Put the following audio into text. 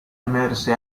emerse